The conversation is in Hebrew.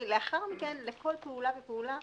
לאחר מכן לכל פעולה ופעולה